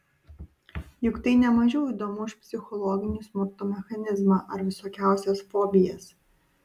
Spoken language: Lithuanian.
juk tai ne mažiau įdomu už psichologinį smurto mechanizmą ar visokiausias fobijas